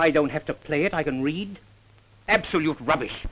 i don't have to play it i can read absolute rubbish